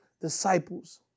disciples